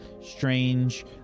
strange